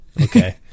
Okay